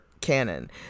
canon